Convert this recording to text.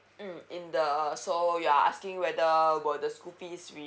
mm in the so you're asking whether will the school fees